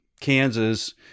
kansas